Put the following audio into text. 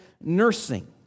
nursing